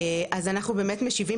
אז אנחנו באמת משיבים,